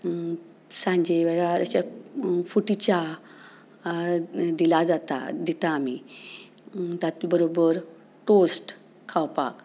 सांजे वेळार अशी फुटी च्या दिल्यार जाता दिता आमी तातूंत बरोबर टोस्ट खावपाक